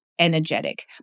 energetic